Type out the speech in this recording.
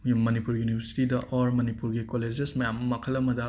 ꯌꯨꯝ ꯃꯅꯤꯄꯨꯔ ꯌꯨꯅꯤꯕꯔꯁꯤꯇꯤꯗ ꯑꯣꯔ ꯃꯅꯤꯄꯨꯔꯒꯤ ꯀꯣꯂꯦꯖꯦꯁ ꯃꯌꯥꯝ ꯑꯃ ꯃꯈꯜ ꯑ